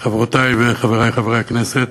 חברותי וחברי חברי הכנסת,